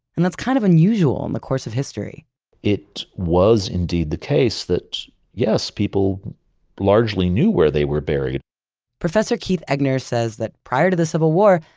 and that's kind of unusual in the course of history it was indeed the case that yes, people largely knew where they were buried professor keith eggener says that prior to the civil war,